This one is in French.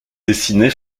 dessinée